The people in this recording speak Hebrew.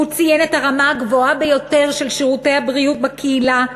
הוא ציין את הרמה הגבוהה ביותר של שירותי הבריאות בקהילה,